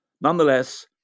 Nonetheless